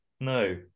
No